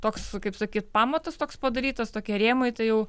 toks kaip sakyt pamatas toks padarytas tokie rėmai tai jau